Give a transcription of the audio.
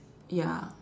ya